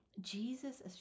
Jesus